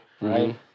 Right